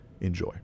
Enjoy